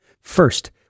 First